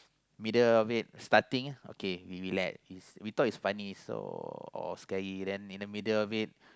middle of it starting okay we relax we thought it's funny so or scary then in the middle of it